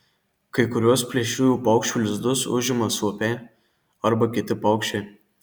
kai kuriuos plėšriųjų paukščių lizdus užima suopiai arba kiti paukščiai